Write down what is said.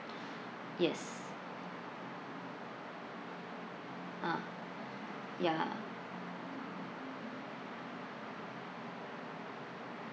yes ah ya